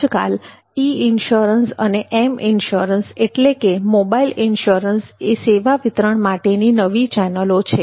આજ કાલ E insurance અને એમ ઈન્શ્યોરન્સ એટલે કે મોબાઇલ ઈન્શ્યોરન્સ એ સેવા વિતરણ માટેની નવી ચેનલો છે